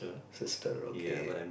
sister okay